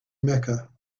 mecca